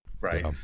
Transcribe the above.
right